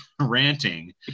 ranting